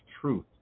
truth